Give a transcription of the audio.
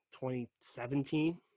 2017